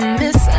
miss